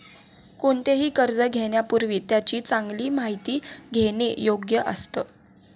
कोणतेही कर्ज घेण्यापूर्वी त्याची चांगली माहिती घेणे योग्य असतं